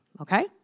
okay